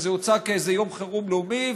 זה הוצג כאיזה איום חירום לאומי,